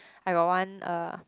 I got one uh